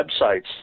websites